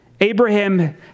Abraham